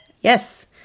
Yes